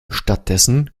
stattdessen